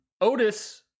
Otis